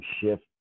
shift